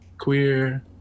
queer